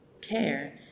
care